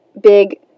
big